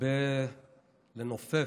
מרבה לנופף,